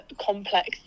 complex